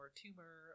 tumor